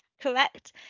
correct